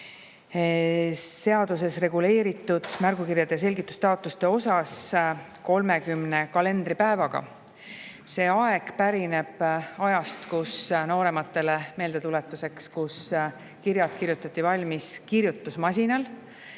seaduses reguleeritud märgukirjade ja selgitustaotluste puhul 30 kalendripäevaga. See aeg pärineb ajast – noorematele meeldetuletuseks –, kui kirjad kirjutati valmis kirjutusmasinal,